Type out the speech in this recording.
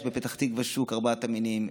יש בפתח תקווה שוק ארבעת המינים,